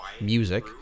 music